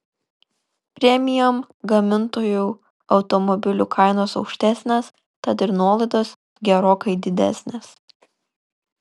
premium gamintojų automobilių kainos aukštesnės tad ir nuolaidos gerokai didesnės